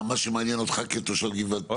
מה שמעניין אותך כתושב גבעת שמואל?